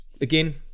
again